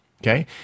Okay